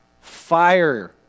fire